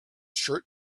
shirt